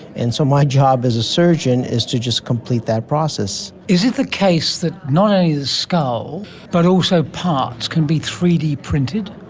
and so my job as a surgeon is to just complete that process. is it the case that not only the skull but also parts can be three d printed?